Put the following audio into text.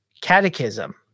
Catechism